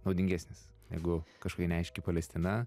naudingesnis negu kažkokia neaiški palestina